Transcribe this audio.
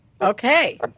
Okay